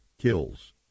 kills